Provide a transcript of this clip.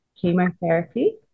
chemotherapy